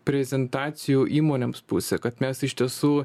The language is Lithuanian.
prezentacijų įmonėms pusę kad mes iš tiesų